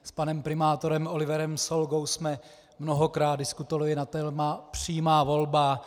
S panem primátorem Oliverem Solgou jsme mnohokrát diskutovali na téma přímá volba.